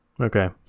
okay